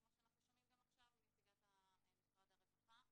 כמו שאנחנו שומעים גם עכשיו מנציגת משרד הרווחה,